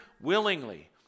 willingly